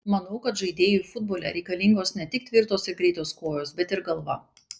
manau kad žaidėjui futbole reikalingos ne tik tvirtos ir greitos kojos bet ir galva